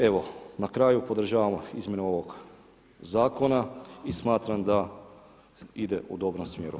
Evo na kraju podržavam izmjene ovog zakona i smatram da ide u dobrom smjeru.